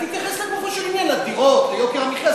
אז תתייחס לגופו של עניין: לדירות, ליוקר המחיה.